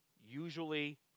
usually